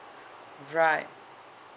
right